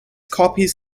copies